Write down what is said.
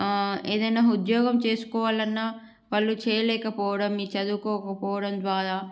ఆ ఏదైనా ఉద్యోగం చేసుకోవాలన్నా వాళ్ళు చేయలేకపోవడం ఈ చదువుకోకపోవడం ద్వారా